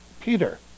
Peter